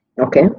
Okay